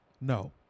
No